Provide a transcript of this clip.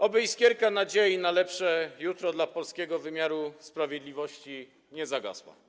Oby iskierka nadziei na lepsze jutro dla polskiego wymiaru sprawiedliwości nie zagasła.